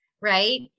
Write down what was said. Right